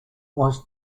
was